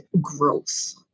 growth